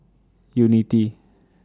Unity